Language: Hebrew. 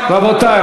רבותי,